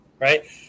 right